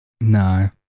No